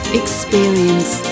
experience